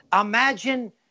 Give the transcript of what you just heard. Imagine